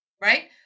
right